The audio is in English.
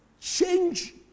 change